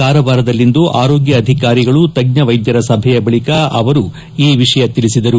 ಕಾರವಾರದಲ್ಲಿಂದು ಆರೋಗ್ಯ ಅಧಿಕಾರಿಗಳು ತಜ್ಜ ವೈದ್ಧರ ಸಭೆಯ ಬಳಿಕ ಅವರು ಈ ವಿಷಯ ತಿಳಿಸಿದರು